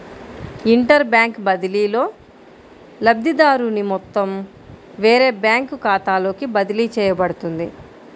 inter bank బదిలీలో, లబ్ధిదారుని మొత్తం వేరే బ్యాంకు ఖాతాలోకి బదిలీ చేయబడుతుంది